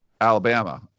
Alabama